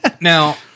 Now